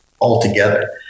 altogether